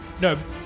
No